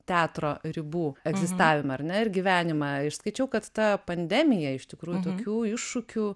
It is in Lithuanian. teatro ribų egzistavimą ar ne ir gyvenimą išskaičiau kad ta pandemija iš tikrųjų tokių iššūkių